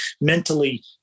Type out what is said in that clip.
mentally